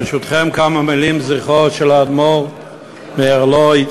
ברשותכם, כמה מילים לזכרו של האדמו"ר מערלוי.